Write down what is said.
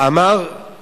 אמר